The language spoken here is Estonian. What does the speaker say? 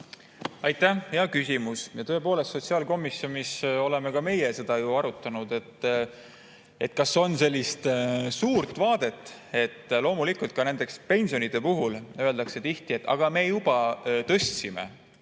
Aitäh! Hea küsimus. Tõepoolest, sotsiaalkomisjonis oleme ka meie seda ju arutanud, kas on sellist suurt vaadet. Loomulikult, ka näiteks pensionide puhul öeldakse tihti, et aga me juba tõstsime.